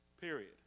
period